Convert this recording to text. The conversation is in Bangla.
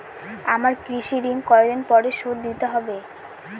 আমার কৃষিঋণ কতদিন পরে শোধ দিতে হবে?